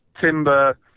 Timber